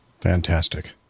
Fantastic